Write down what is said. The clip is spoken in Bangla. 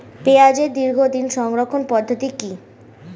পেঁয়াজের দীর্ঘদিন সংরক্ষণ পদ্ধতি কি?